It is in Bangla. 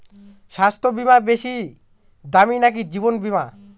স্বাস্থ্য বীমা বেশী দামী নাকি জীবন বীমা?